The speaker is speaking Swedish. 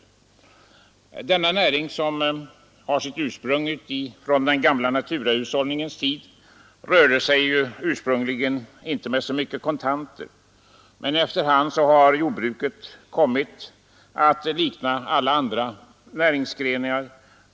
Inom denna näring, som har sitt ursprung från den gamla naturahushållningens tid, rörde man sig ursprungligen inte med så mycket kontanter. Men efter hand har även jordbruket därvidlag kommit att likna alla andra näringsgrenar.